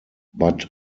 but